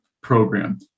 program